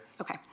Okay